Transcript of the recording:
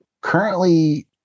Currently